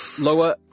lower